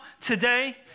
today